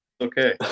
Okay